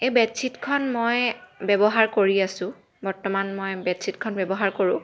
এই বেডশ্বীটখন মই ব্যৱহাৰ কৰি আছোঁ বৰ্তমান মই বেডশ্বীটখন মই ব্যৱহাৰ কৰোঁ